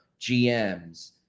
GMs